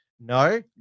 No